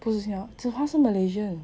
不是新加坡人他是 malaysia